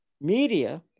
media